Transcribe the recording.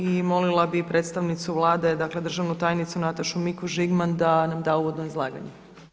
I molila bi predstavnicu Vlade državnu tajnicu Natašu Mikuš Žigman da nam da uvodno izlaganje.